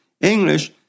English